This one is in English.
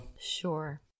Sure